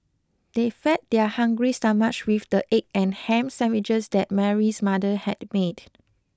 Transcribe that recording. they fed their hungry stomachs with the egg and ham sandwiches that Mary's mother had made